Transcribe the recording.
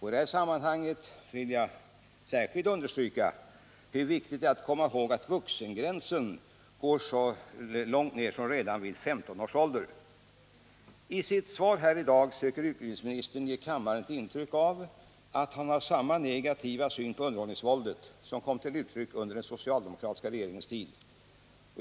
I detta sammanhang vill jag särskilt understryka hur viktigt det är att komma ihåg att vuxengränsen går så långt ner som vid 15 år. I sitt svar här i dag söker utbildningsministern ge kammaren ett intryck av att han har samma negativa syn på underhållningsvåldet som kom till uttryck under den socialdemokratiska regeringens tid.